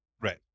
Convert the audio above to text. Right